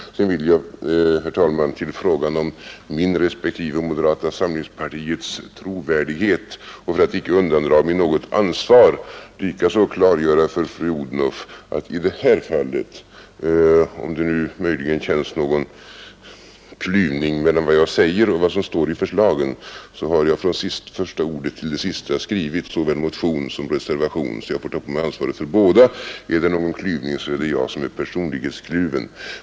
Sedan vill jag, herr talman, i fråga om min respektive moderata samlingspartiets trovärdighet och för att icke undandra mig något ansvar klargöra ytterligare en sak för fru Odhnoff. I det här fallet har jag från det första ordet till det sista skrivit såväl motion som reservation, och om det nu möjligen verkar att vara någon klyvning mellan vad jag säger och vad som står i förslagen, så får jag ta på mig ansvaret i båda avseendena. Är det någon klyvning, så är det jag som är personlighetskluven.